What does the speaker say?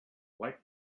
like